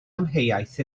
amheuaeth